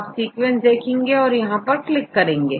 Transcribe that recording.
आप सीक्वेंस देंगे और यहां क्लिक करेंगे